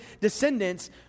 descendants